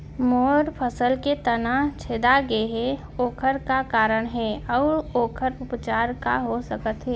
मोर फसल के तना छेदा गेहे ओखर का कारण हे अऊ ओखर उपचार का हो सकत हे?